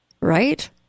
Right